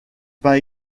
pas